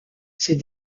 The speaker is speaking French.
ces